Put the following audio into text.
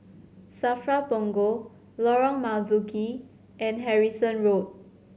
SAFRA Punggol Lorong Marzuki and Harrison Road